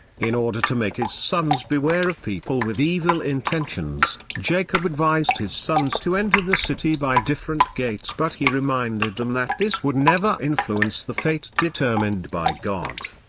in order to make his sons beware of people with evil intentions, jacob advised his sons to enter the city by different gates but he reminded them that this would never influence the fate determined by god.